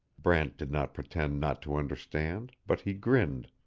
brant did not pretend not to understand, but he grinned.